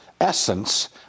essence